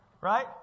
Right